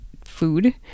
food